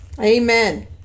Amen